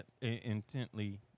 intently